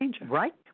Right